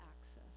access